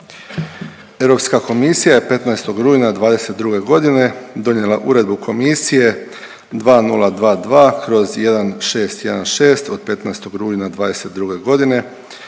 Europska komisija je 15. rujna '22. godine donijela Uredbu komisije 2022/1616 od 15. rujna '22. godine